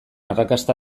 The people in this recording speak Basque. arrakasta